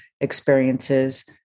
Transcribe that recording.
experiences